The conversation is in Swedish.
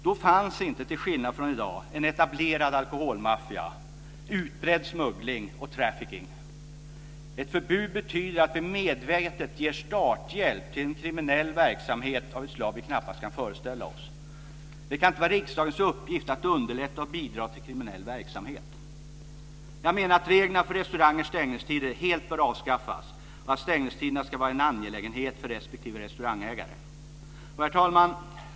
Då fanns inte, till skillnad från i dag, en etablerad alkoholmaffia, utbredd smuggling och trafficking. Ett förbud betyder att vi medvetet ger starthjälp till en kriminell verksamhet av ett slag vi knappast kan föreställa oss. Det kan inte vara riksdagens uppgift att underlätta och bidra till kriminell verksamhet. Jag menar att reglerna för restaurangers stängningstider helt bör avskaffas och att stängningstiderna ska vara en angelägenhet för respektive restaurangägare. Herr talman!